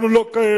אנחנו לא כאלה.